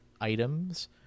items